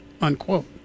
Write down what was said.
unquote